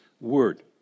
Word